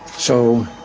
so,